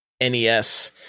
NES